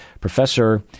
professor